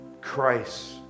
Christ